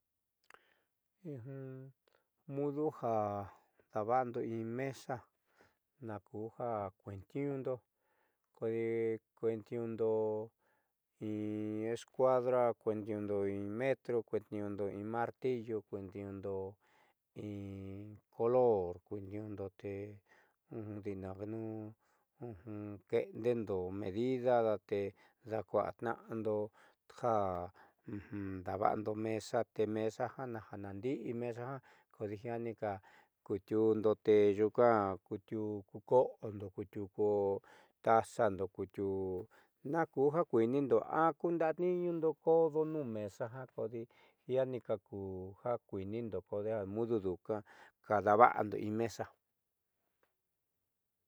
Mudo ja daava'ando in mesa nakujo na kueetniiñundo in escuadra kueetniiñundo in metro kueetni'iñundo in martillo kueetni'iñundo in color kueetni'iñundo te di'inaanuun ke'endeendo medida date daakua'atna'ando ja daava'ando mesa te mesa ja naandi'i mesa ja kojianika kuutiundo te nyuuka kuutiuu ku koando kuutiuu ku tazando kuutiuu nakuu jaa kuiinindo a kundaatni'inundo kodo nuun mesa kodi jiaani ka ku ja kui'inindo kodeja mudu nduuka ka daava'ando in mesa.